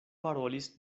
parolis